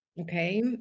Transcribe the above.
Okay